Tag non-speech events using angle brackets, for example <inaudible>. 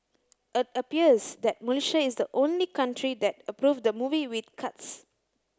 <unintelligible> appears that Malaysia is the only country that approved the movie with cuts